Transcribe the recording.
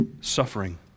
suffering